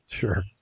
Sure